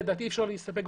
לדעתי אפשר להסתפק במסירה.